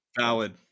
valid